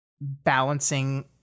balancing